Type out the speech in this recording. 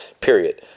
period